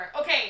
Okay